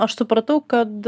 aš supratau kad